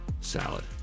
salad